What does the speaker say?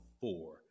four